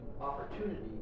opportunity